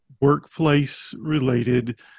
workplace-related